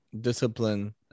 discipline